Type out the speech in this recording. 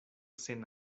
sen